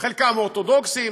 חלקם אורתודוקסים,